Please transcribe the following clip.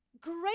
Great